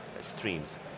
streams